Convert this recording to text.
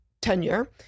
tenure